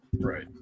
Right